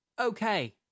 Okay